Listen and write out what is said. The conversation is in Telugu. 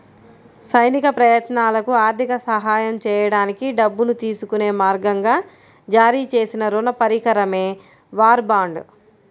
సైనిక ప్రయత్నాలకు ఆర్థిక సహాయం చేయడానికి డబ్బును తీసుకునే మార్గంగా జారీ చేసిన రుణ పరికరమే వార్ బాండ్